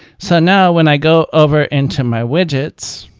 so now when i go over into my widgets,